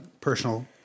personal